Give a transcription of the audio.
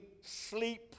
sleep